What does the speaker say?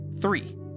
Three